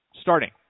Starting